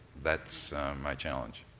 that's my challenge.